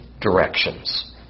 directions